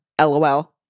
LOL